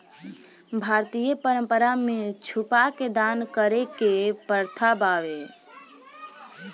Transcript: भारतीय परंपरा में छुपा के दान करे के प्रथा बावे